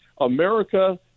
America